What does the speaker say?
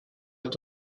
est